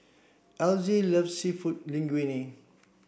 Elzie loves Seafood Linguine